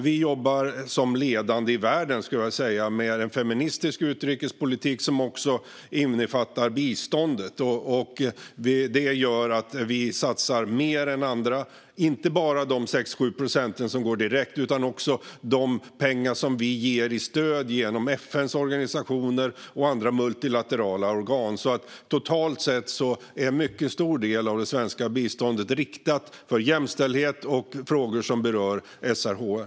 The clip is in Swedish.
Vi jobbar som ledande i världen, skulle jag vilja säga, med en feministisk utrikespolitik som också innefattar biståndet. Det gör att vi satsar mer än andra, inte bara de 6-7 procent som går direkt dit utan också de pengar som vi ger i stöd genom FN:s organisationer och andra multilaterala organ. Totalt sett är en mycket stor del av det svenska biståndet riktad mot jämställdhet och frågor som berör SRHR.